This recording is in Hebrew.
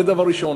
זה דבר ראשון.